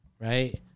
right